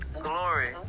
Glory